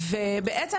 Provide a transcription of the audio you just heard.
ובעצם